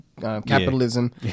capitalism